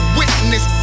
witness